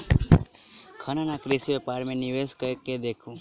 खनन आ कृषि व्यापार मे निवेश कय के देखू